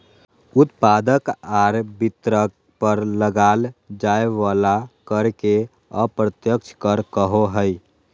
उत्पादक आर वितरक पर लगाल जाय वला कर के अप्रत्यक्ष कर कहो हइ